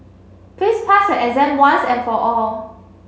please pass your exam once and for all